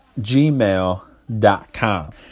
gmail.com